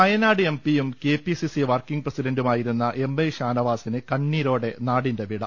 വയനാട് എംപിയും കെപിസിസി വർക്കിംഗ് പ്രസിഡൻറുമായിരുന്ന M I ഷാനവാസിന് കണ്ണീരോടെ നാടിന്റെ വിട